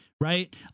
Right